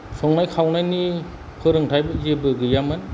संनाय खावनायनि फोरोंथायबो जेब्बो गैयामोन